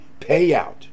payout